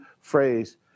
phrase